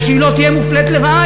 שהיא לא תהיה מופלית לרעה.